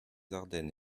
ardennes